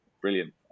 Brilliant